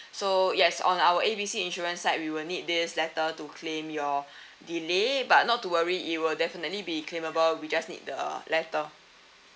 so yes on our A B C insurance side we will need this letter to claim your delay but not to worry it will definitely be claimable we just need the letter